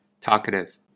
Talkative